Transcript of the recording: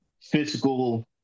physical